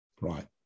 Right